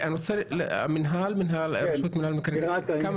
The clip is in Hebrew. רשות מקרקעי